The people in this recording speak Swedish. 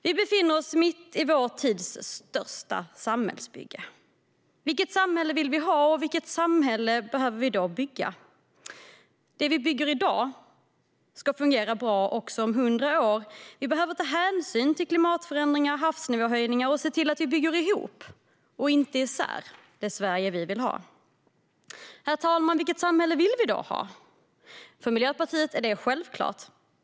Vi befinner oss mitt i vår tids största samhällsbygge. Vilket samhälle vill vi ha, och vilket samhälle behöver vi då bygga? Det som vi bygger i dag ska fungera bra också om 100 år. Vi behöver ta hänsyn till klimatförändringar och havsnivåhöjningar och se till att vi bygger ihop, och inte isär, det Sverige vi vill ha. Herr talman! Vilket samhälle vill vi då ha? För Miljöpartiet är det självklart.